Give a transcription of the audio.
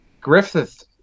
Griffith